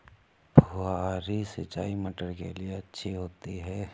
फुहारी सिंचाई मटर के लिए अच्छी होती है?